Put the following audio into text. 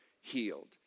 healed